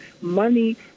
money